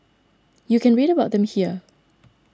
you can read about them here